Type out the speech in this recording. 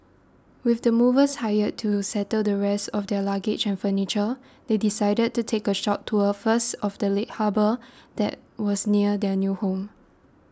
with the movers hired to settle the rest of their luggage and furniture they decided to take a short tour first of the late harbour that was near their new home